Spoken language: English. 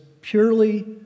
purely